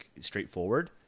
straightforward